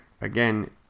Again